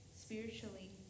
spiritually